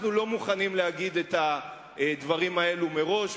אנחנו לא מוכנים להגיד את הדברים האלה מראש,